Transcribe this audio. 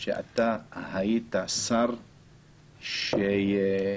שאתה היית שר ששמע